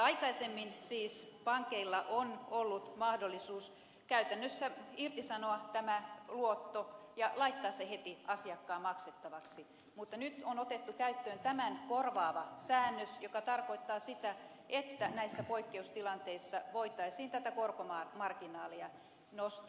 aikaisemmin siis pankeilla on ollut mahdollisuus käytännössä irtisanoa tämä luotto ja laittaa se heti asiakkaan maksettavaksi mutta nyt on otettu käyttöön tämän korvaava säännös joka tarkoittaa sitä että näissä poikkeustilanteissa voitaisiin tätä korkomarginaalia nostaa